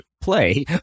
play